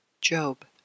Job